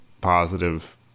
positive